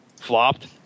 flopped